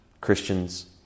Christians